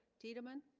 tiedemann